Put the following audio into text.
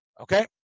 Okay